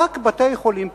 רק בתי-חולים פרטיים.